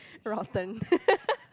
rotten